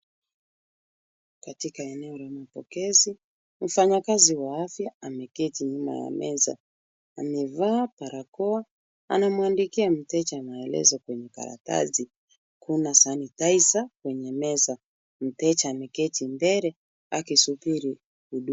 Katika eneo la mapokezi, mfanyakazi wa afya ameketi nyuma ya meza. Amevaa barakoa, anamwandikia mteja maelezo kwenye karatasi. Kuna sanitizer kwenye meza. Mteja ameketi mbele akisubiri huduma.